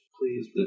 please